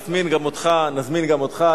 נזמין גם אותך, נזמין גם אותך.